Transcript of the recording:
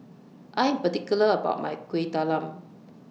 I'm particular about My Kueh Talam